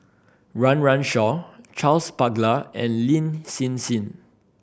Run Run Shaw Charles Paglar and Lin Hsin Hsin